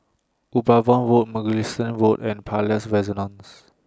Upavon Road Mugliston Road and Palais Renaissance